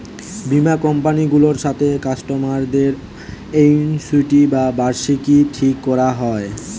বীমা কোম্পানি গুলার সাথে কাস্টমারদের অ্যানুইটি বা বার্ষিকী ঠিক কোরা হয়